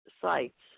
sites